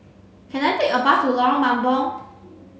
can I take a bus to Lorong Mambong